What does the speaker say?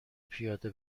پیاده